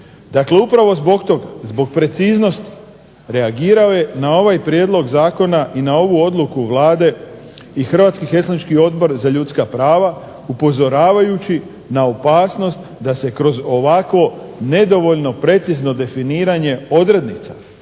toga, zbog preciznosti reagirao je na ovaj prijedlog zakona i na ovu odluku Vlade i Hrvatski helsinški odbor za ljudska prava upozoravajući na opasnost da se kroz ovako nedovoljno precizno definiranje odrednica